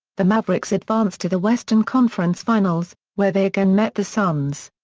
the mavericks advanced to the western conference finals, where they again met the suns.